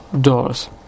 dollars